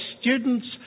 students